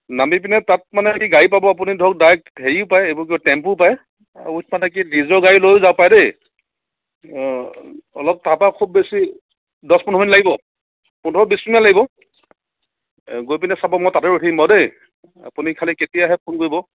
নামি পিনে তাত মানে কি গাড়ী পাব আপুনি ধৰক ডাইৰেক্ট হেৰিও পায় এইবোৰ কিয় টেম্পু পায় মানে কি নিজৰ গাড়ী লৈ যাব পায় দেই অলপ তাৰ পৰা খুব বেছি দহ পোন্ধৰ মিনিট লাগিব পোন্ধৰ বিশ মিনিট মান লাগিব গৈ পিনে চাব মই তাতে ৰখিম বাৰু দেই আপুনি খালি কেতিয়া আহে ফোন কৰিব